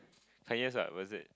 !huh! yes ah was it